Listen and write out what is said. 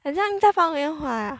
很像在放烟花